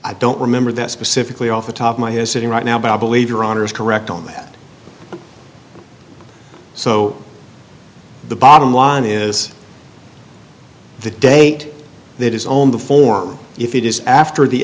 i don't remember that specifically off the top of my his sitting right now but i believe your honor is correct on that so the bottom line is the date that is own the form if it is after the